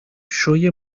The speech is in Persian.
شوی